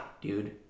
dude